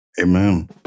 Amen